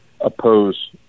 oppose